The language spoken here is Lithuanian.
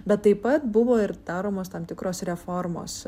bet taip pat buvo ir daromos tam tikros reformos